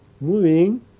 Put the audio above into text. moving